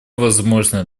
возможное